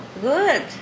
Good